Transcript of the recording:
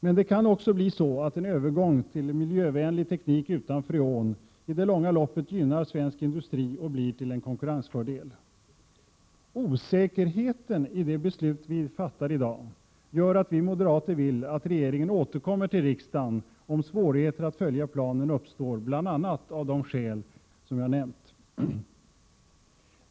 Men det kan också bli så att en övergång till miljövänlig teknik utan freon i längden gynnar svensk industri och blir till en konkurrensfördel. Osäkerheten i de beslut vi i dag fattar gör att vi moderater vill att regeringen återkommer till riksdagen, om svårigheter att följa planen uppstår av bl.a. de skäl som jag har nämnt.